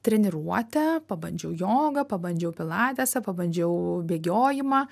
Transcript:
treniruotę pabandžiau jogą pabandžiau pilatesą pabandžiau bėgiojimą